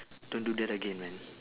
don't do that again man